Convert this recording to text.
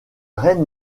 reine